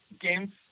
games